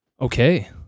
Okay